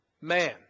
man